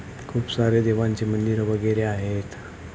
खूप सारे देवांचे मंदिरं वगैरे आहेत